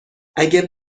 اگه